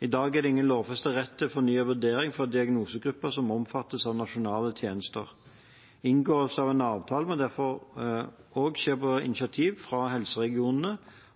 I dag er det ingen lovfestet rett til fornyet vurdering for diagnosegrupper som omfattes av nasjonale tjenester. Inngåelse av en avtale må derfor også skje på initiativ fra helseregionene,